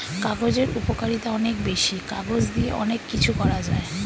কাগজের উপকারিতা অনেক বেশি, কাগজ দিয়ে অনেক কিছু করা যায়